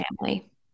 family